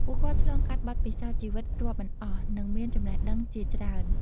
ពួកគាត់ឆ្លងកាត់បទពិសោធន៍ជីវិតរាប់មិនអស់ និងមានចំណេះដឹងជាច្រើន។